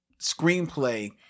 screenplay